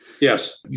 Yes